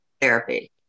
therapy